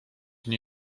nie